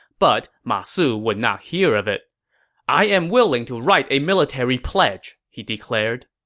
but ma su would not hear of it i am willing to write a military pledge, he declared